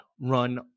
run